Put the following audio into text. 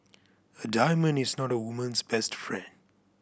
a diamond is not a woman's best friend